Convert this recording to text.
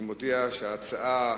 אני מודיע שההצעה,